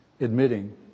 admitting